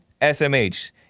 S-M-H